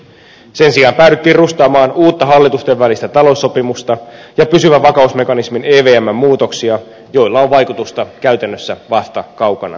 sen sijaan päädyttiin rustaamaan uutta hallitustenvälistä taloussopimusta ja pysyvän vakausmekanismin evmn muutoksia joilla on vaikutusta käytännössä vasta kaukana tulevaisuudessa